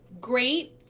Great